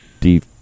Deep